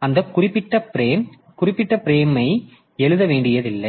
வருகிறார்கள் என்பதால் அந்த குறிப்பிட்ட ஃபிரேம் குறிப்பிட்ட ஃபிரேம்த்தை எழுத வேண்டியதில்லை